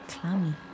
clammy